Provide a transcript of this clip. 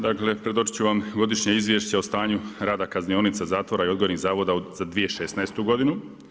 Dakle predočit ću vam Godišnje izvješće o stanju rada kaznionica, zatvora i odgojnih zavoda za 2016. godinu.